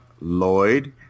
Lloyd